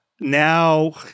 now